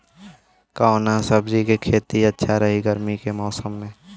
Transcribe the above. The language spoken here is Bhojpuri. कवना सब्जी के खेती अच्छा रही गर्मी के मौसम में?